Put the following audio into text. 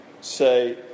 say